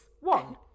One